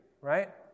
right